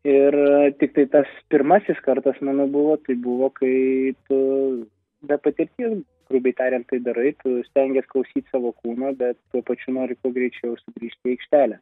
ir tiktai tas pirmasis kartas mano buvo tai buvo kaip be patirties grubiai tariant tai darai tu nesiklausyt savo kūną bet tuo pačiu nori greičiau sugrįžti į aikštelę